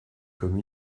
comme